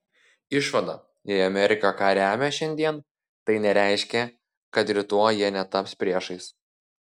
išvada jei amerika ką remia šiandien tai nereiškia kad rytoj jie netaps priešais